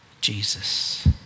Jesus